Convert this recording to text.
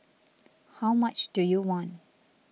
how much do you want